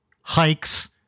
hikes